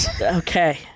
Okay